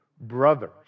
brothers